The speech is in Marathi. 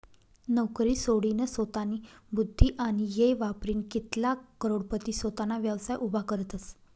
नवकरी सोडीनसोतानी बुध्दी आणि येय वापरीन कित्लाग करोडपती सोताना व्यवसाय उभा करतसं